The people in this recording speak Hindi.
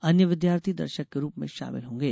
अन्य विद्यार्थी दर्शक के रूप में शामिल हो सकेंगे